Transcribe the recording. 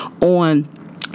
On